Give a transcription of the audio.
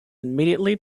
immediately